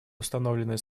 установленные